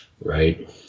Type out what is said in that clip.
Right